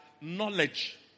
knowledge